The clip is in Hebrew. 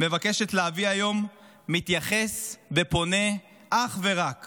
מבקשת להביא היום מתייחס ופונה אך ורק